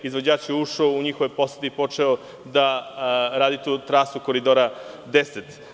Izvođač je ušao u njihove posede i počeo da radi tu trasu Koridora 10.